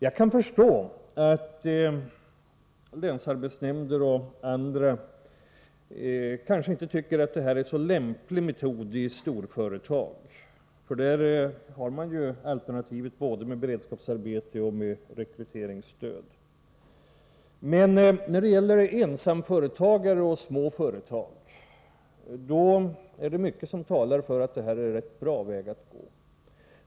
Jag kan förstå att länsarbetsnämnder och andra kanske inte tycker att detta är en så lämplig metod i storföretag, för där har man alternativen beredskapsarbete och rekryteringsstöd. Men när det gäller ensamföretagare och små företag är det mycket som talar för att detta är en bra väg att gå.